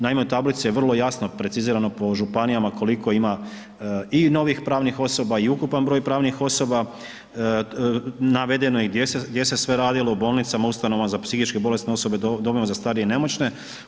Naime u tablici je vrlo jasno precizirano po županijama koliko ima i novih pravnih osoba i ukupan broj pravnih osoba, navedeno je i gdje se sve radilo, u bolnicama, ustanovama za psihički bolesne osobe, u domovima za starije i nemoćne.